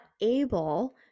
able